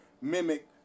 mimic